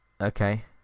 Okay